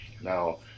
Now